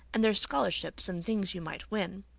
and there's scholarships and things you might win.